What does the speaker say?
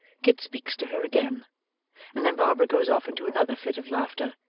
kit speaks to her again and then barbara goes off into another fit of laughter,